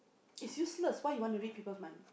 is useless why you wanna read people's mind